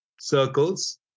circles